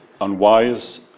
unwise